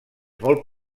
molt